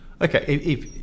Okay